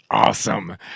Awesome